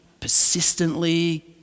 persistently